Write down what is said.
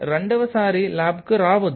రెండవసారి ల్యాబ్కు రావద్దు